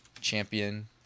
champion